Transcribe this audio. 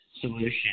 solution